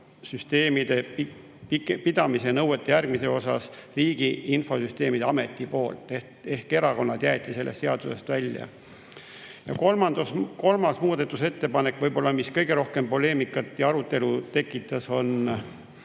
infosüsteemide pidamise nõuete järgimise osas Riigi Infosüsteemi Ameti poolt, ehk erakonnad jäeti sellest seadusest välja. Kolmandas muudatusettepanekus, mis võib-olla kõige rohkem poleemikat ja arutelu tekitas, on